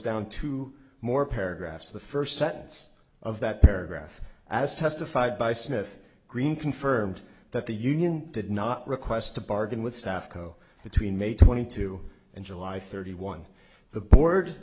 down two more paragraphs the first sentence of that paragraph as testified by smith green confirmed that the union did not request to bargain with sappho between may twenty two and july thirty one the board